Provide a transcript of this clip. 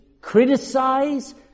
criticize